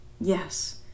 Yes